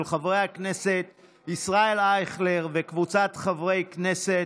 של חבר הכנסת ישראל אייכלר וקבוצת חברי הכנסת.